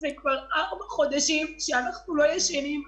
זה כבר ארבעה חודשים שאנחנו לא ישנים,